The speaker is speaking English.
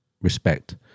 Respect